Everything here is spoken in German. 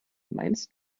meinst